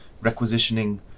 requisitioning